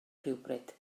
rhywbryd